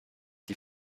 die